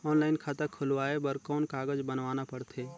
Online खाता खुलवाय बर कौन कागज बनवाना पड़थे?